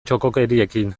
txokokeriekin